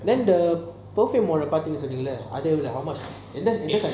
then the perfume ஒன்னு பாத்தான் னு சொன்னிங்களா அது எவ்ளோ:onnu paathan nu soningala athu evlo how much